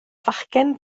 fachgen